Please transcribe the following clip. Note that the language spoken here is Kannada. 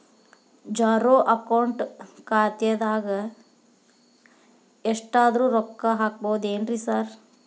ಝೇರೋ ಅಕೌಂಟ್ ಖಾತ್ಯಾಗ ಎಷ್ಟಾದ್ರೂ ರೊಕ್ಕ ಹಾಕ್ಬೋದೇನ್ರಿ ಸಾರ್?